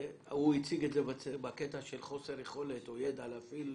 הוא הציג את זה בקטע של חוסר יכולת או ידע להפעיל